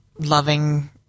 loving